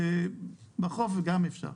בחוף גם אפשר.